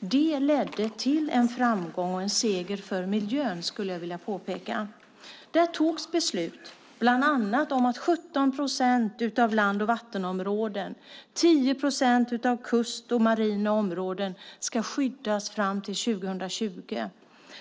Det ledde till en framgång och en seger för miljön. Där togs beslut bland annat om att 17 procent av land och vattenområden och 10 procent av kust och marina områden ska skyddas fram till 2020.